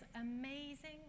amazing